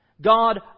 God